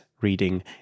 reading